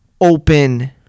open